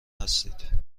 هستید